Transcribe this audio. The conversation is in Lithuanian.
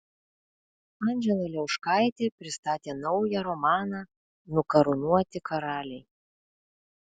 anžela liauškaitė pristatė naują romaną nukarūnuoti karaliai